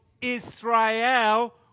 Israel